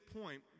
point